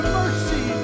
mercy